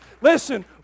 Listen